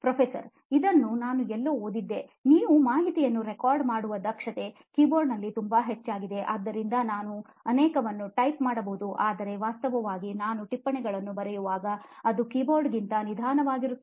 professor ಇದನ್ನು ನಾನು ಎಲ್ಲೋ ಓದಿದ್ದೇ ನೀವು ಮಾಹಿತಿಯನ್ನು ರೆಕಾರ್ಡ್ ಮಾಡುವ ದಕ್ಷತೆ ಕೀಬೋರ್ಡ್ನಲ್ಲಿ ತುಂಬಾ ಹೆಚ್ಚಾಗಿದೆ ಆದ್ದರಿಂದ ನಾನು ಅನೇಕವನ್ನು ಟೈಪ್ ಮಾಡಬಹುದು ಆದರೆ ವಾಸ್ತವವಾಗಿ ನಾನು ಟಿಪ್ಪಣಿಗಳನ್ನು ಬರೆಯುವಾಗ ಅದು ಕೀಬೋರ್ಡ್ಗಿಂತ ನಿಧಾನವಾಗಿರುತ್ತದೆ